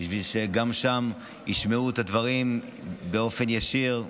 כדי שגם שם ישמעו את הדברים באופן ישיר.